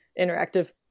interactive